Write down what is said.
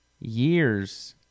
years